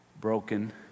broken